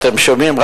אתם שומעים,